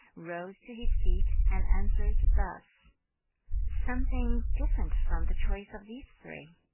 rose to his feet, and answered thus something different from the choice of these three.